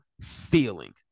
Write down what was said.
feeling